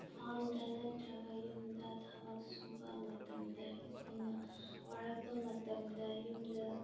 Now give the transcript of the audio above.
ꯐꯥꯝꯗ ꯅꯠꯇ꯭ꯔꯒ ꯌꯨꯝꯗ ꯊꯕꯛ ꯁꯨꯕ ꯃꯇꯝꯗ ꯑꯩꯈꯣꯏꯅ ꯋꯥꯔꯛꯄ ꯃꯇꯝꯗ ꯌꯨꯝꯗ